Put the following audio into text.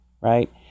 Right